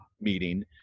meeting